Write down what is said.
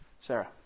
Sarah